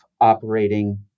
operating